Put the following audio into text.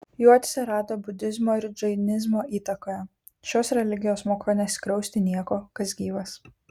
jų atsirado budizmo ir džainizmo įtakoje šios religijos moko neskriausti nieko kas gyvas